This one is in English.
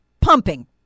pumping